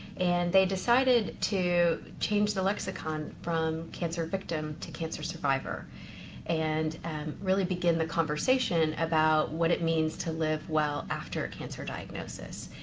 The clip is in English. and they decided to change the lexicon from cancer victim to cancer survivor and really begin the conversation about what it means to live well after a cancer diagnosis.